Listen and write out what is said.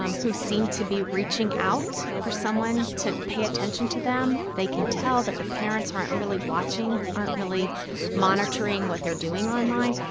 um who seem to be reaching out for someone to pay attention to them. they can tell that the parents aren't really watching, aren't really monitoring what they're doing online.